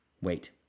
Wait